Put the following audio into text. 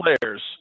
players